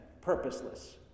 purposeless